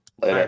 Later